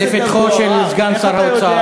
אתה לא חושב שזה באמת לא בסדר שחברי הכנסת אין להם רשימה